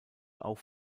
auch